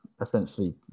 essentially